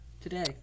today